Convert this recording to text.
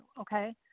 okay